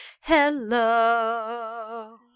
Hello